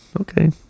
Okay